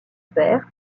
père